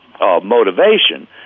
motivation